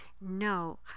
no